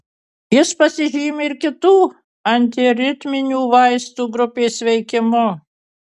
jis pasižymi ir kitų antiaritminių vaistų grupės veikimu